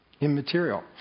immaterial